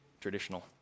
traditional